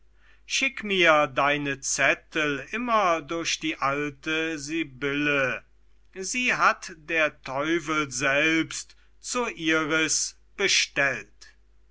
schick mir deine zettel immer durch die alte sibylle die hat der teufel selbst zur iris bestellt